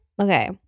Okay